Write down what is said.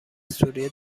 سوریه